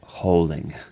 holding